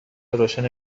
روشنی